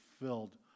filled